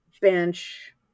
bench